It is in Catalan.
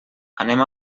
anem